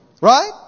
Right